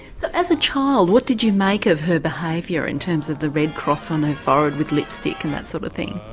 so as a child what did you make of her behaviour in terms of the red cross on her forehead with lipstick and that sort of thing?